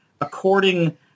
according